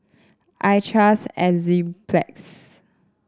I trust Enzyplex